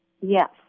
Yes